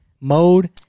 mode